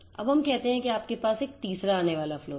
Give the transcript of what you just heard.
अब हम कहते हैं कि आपके पास एक तीसरा आने वाला फ्लो है